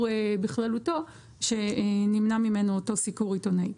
בכללותו שנמנע ממנו אותו סיקור עיתונאי.